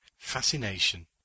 FASCINATION